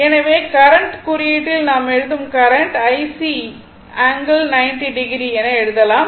எனவே கரண்ட் குறியீட்டில் நாம் எழுதும் கரண்ட் IC IC ∠90o என எழுதலாம்